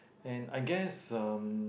and I guess um